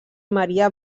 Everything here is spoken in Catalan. maria